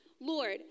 Lord